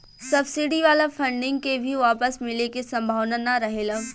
subsidy वाला funding के भी वापस मिले के सम्भावना ना रहेला